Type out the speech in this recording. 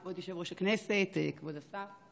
כבוד יושב-ראש הכנסת, כבוד השר,